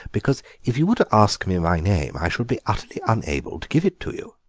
because if you were to ask me my name i should be utterly unable to give it to you.